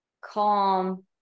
calm